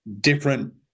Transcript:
different